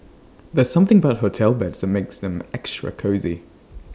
there's something about hotel beds that makes them extra cosy